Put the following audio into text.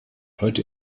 heute